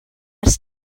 ers